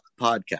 podcast